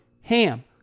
HAM